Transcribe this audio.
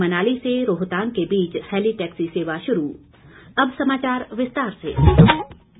मनाली से रोहतांग के बीच हैली टैक्सी सेवा शूरू